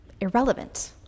irrelevant